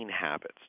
habits